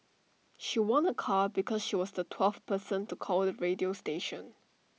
she won A car because she was the twelfth person to call the radio station